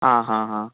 आं हां हां